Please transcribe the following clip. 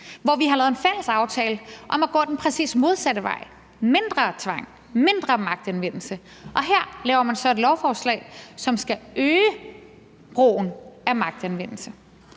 hvor vi har lavet en fælles aftale om at gå den præcis modsatte vej med mindre tvang, mindre magtanvendelse, og her laver man så et lovforslag, som skal øge brugen af magtanvendelse.